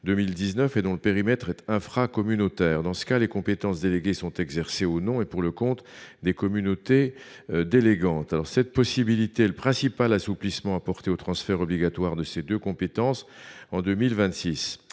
2019 et dont le périmètre est infracommunautaire. Dans ce cas, les compétences déléguées sont exercées au nom et pour le compte des communautés délégantes. Cette possibilité est le principal assouplissement apporté au transfert obligatoire de ces deux compétences en 2026.